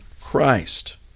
Christ